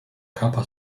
kappa